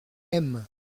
aime